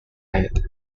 added